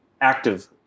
active